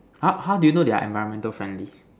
how how did you know they are environmental friendly